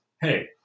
Hey